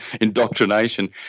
indoctrination